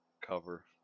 cover